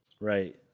Right